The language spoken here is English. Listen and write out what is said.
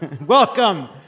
Welcome